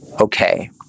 okay